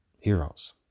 heroes